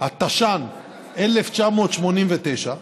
התש"ן 1989,